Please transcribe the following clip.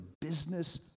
business